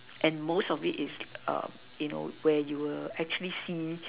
and most of it is err you know where you will actually see